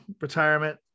retirement